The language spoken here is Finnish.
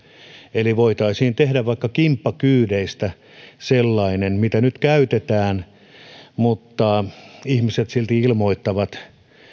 eli voitaisiin tehdä vaikka kimppakyydeistä mitä nyt käytetään mutta ihmiset silti ilmoittavat